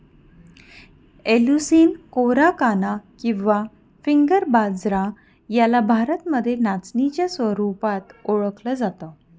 Eleusine कोराकाना किंवा finger बाजरा याला भारतामध्ये नाचणीच्या स्वरूपात ओळखल जात